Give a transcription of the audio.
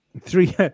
Three